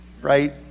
right